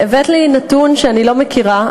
כמו מרכיבי השכירות וכו',